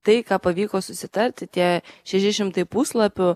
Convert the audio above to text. tai ką pavyko susitarti tie šeši šimtai puslapių